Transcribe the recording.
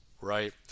right